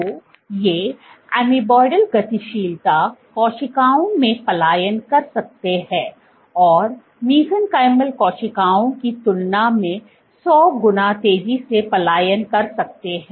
तो ये एमोइबॉडी गतिशीलता कोशिकाओं में पलायन कर सकते हैं और मेसेनकाइमल कोशिकाओं की तुलना में सौ गुना तेजी से पलायन कर सकते हैं